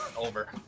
Over